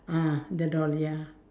ah the doll ya